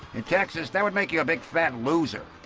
in texas, that would make you a big, fat loser.